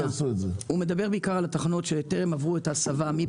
הוא מדבר בעיקר על התחנות שטרם עברו את ההסבה מפחם לגז.